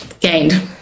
gained